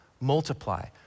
multiply